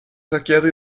saqueado